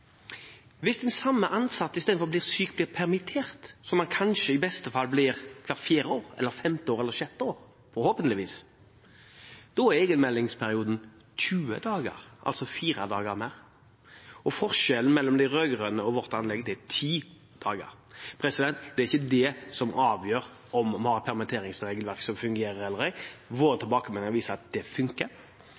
Hvis den samme ansatte istedenfor å bli syk, blir permittert, som man kanskje i beste fall blir hvert fjerde år, hvert femte år eller hvert sjette år – forhåpentligvis – er arbeidsgiverperioden 20 dager, altså fire dager mer. Og forskjellen mellom de rød-grønne og vårt forslag er ti dager. Det er ikke det som avgjør om vi har et permitteringsregelverk som fungerer eller ei, tilbakemeldinger vi får, viser at det funker.